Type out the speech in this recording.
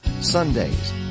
Sundays